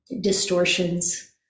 distortions